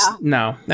No